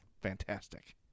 fantastic